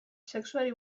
sexuari